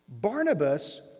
Barnabas